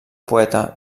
poeta